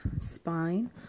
spine